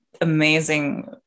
amazing